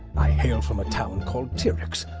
i hail from a town called ty'rex,